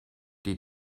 die